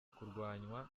kurwanywa